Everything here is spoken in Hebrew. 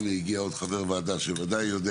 הנה, הגיע עוד חבר ועדה שוודאי יודע